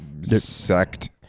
sect